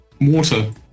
Water